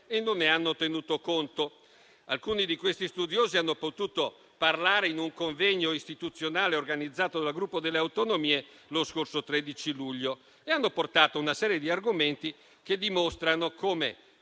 non hanno tenuto conto. Alcuni di quegli studiosi hanno potuto parlare in un convegno istituzionale, organizzato dal Gruppo delle Autonomie lo scorso 13 luglio, dove hanno portato una serie di argomenti che dimostra come